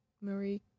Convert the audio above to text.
Marie